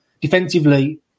defensively